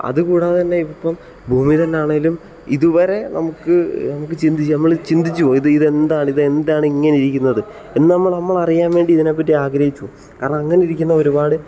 അത് കൂടാതെ തന്നെ ഇത് ഇപ്പം ഭൂമി തന്നെയാണെങ്കിലും ഇതുവരെ നമുക്ക് നമുക്ക് ചിന്തിച്ച് നമ്മൾ ചിന്തിച്ച് പോകും ഇത് എന്താണ് ഇത് എന്താണ് ഇങ്ങനെ ഇരിക്കുന്നത് എന്ന് നമ്മൾ നമ്മൾ അറിയാൻ വേണ്ടി ഇതിനെ പറ്റി ആഗ്രഹിച്ചു പോകും കാരണം അങ്ങനെ ഇരിക്കുന്ന ഒരുപാട്